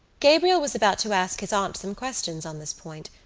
gabriel was about to ask his aunt some questions on this point,